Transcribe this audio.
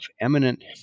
eminent